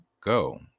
go